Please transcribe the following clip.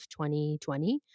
2020